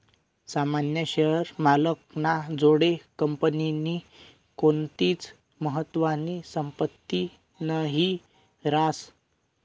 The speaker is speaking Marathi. सामान्य शेअर मालक ना जोडे कंपनीनी कोणतीच महत्वानी संपत्ती नही रास